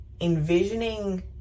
envisioning